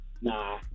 Nah